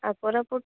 ଆଉ କୋରାପୁଟ